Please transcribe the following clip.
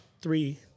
three